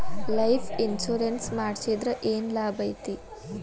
Life insurance ಮಾಡ್ಸಿದ್ರ ಏನ್ ಲಾಭೈತಿ?